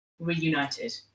reunited